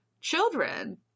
children